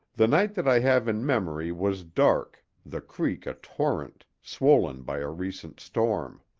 the night that i have in memory was dark, the creek a torrent, swollen by a recent storm.